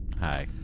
Hi